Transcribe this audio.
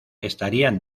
estarían